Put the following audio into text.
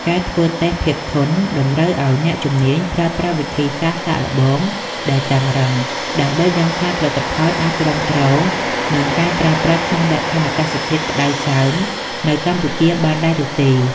ការធ្វើតេស្តភាពធន់ តម្រូវឱ្យអ្នកជំនាញប្រើប្រាស់វិធីសាស្ត្រសាកល្បងដែលតឹងរ៉ឹង ដើម្បីដឹងថាផលិតផលអាចទ្រាំទ្រនឹងការប្រើប្រាស់ក្នុងលក្ខខណ្ឌអាកាសធាតុក្តៅសើមនៅកម្ពុជាបានដែរឬទេ។